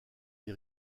les